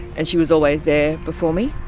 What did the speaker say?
and she was always there before me.